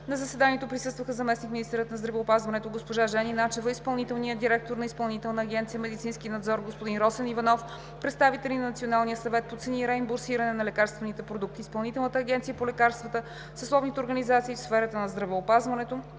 На заседанието присъстваха: заместник-министърът на здравеопазването госпожа Жени Начева, изпълнителният директор на Изпълнителна агенция „Медицински надзор“ господин Росен Иванов, представители на Националния съвет по цени и реимбурсиране на лекарствените продукти, Изпълнителната агенция по лекарствата, съсловните организации в сферата на здравеопазването,